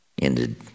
ended